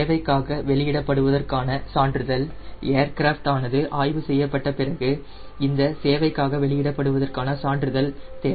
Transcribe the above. சேவைக்காக வெளியிடப்படுவற்கான சான்றிதழ் ஏர்கிராஃப்ட் ஆனது ஆய்வு செய்யப்பட்ட பிறகு இந்த சேவைக்காக வெளியிடப்படுவதற்கான சான்றிதழ் தேவை